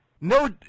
No